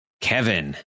Kevin